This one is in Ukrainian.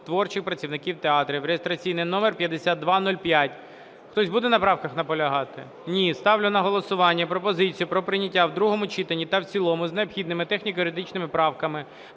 творчих працівників театрів (реєстраційний номер 5205). Хтось буде на правках наполягати? Ні. Ставлю на голосування пропозицію про прийняття в другому читанні та в цілому з необхідними техніко-юридичними правками